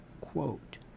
quote